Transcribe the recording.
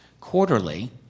quarterly